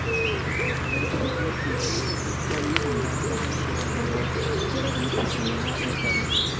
ओह् बोलदे क्योंकि कोई निं चांह्दा कि तुस शैल रवो जेह्ड़ी तुसें गी खुशी मिलै ओह् करो